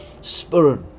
spirit